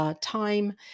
time